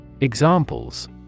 Examples